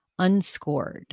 unscored